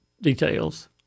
details